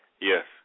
Yes